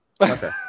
Okay